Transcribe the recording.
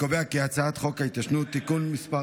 הצעת חוק ההתיישנות (תיקון מס'